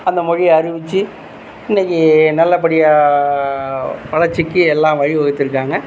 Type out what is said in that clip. அந்த மொழியை அறிவித்து இன்றைக்கி நல்லபடியாக வளர்ச்சிக்கு எல்லாம் வழிவகுத்திருக்காங்க